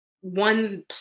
one